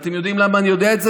אתם יודעים למה אני יודע את זה?